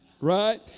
Right